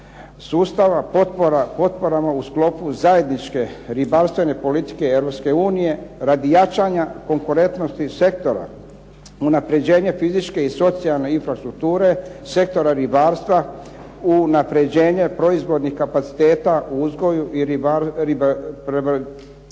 potpora potporama u sklopu zajedničke ribarstvene politike Europske unije radi jačanja konkurentnosti sektora, unapređenje fizičke i socijalne infrastrukture, sektora ribarstva, unapređenje proizvodnih kapaciteta u uzgoju i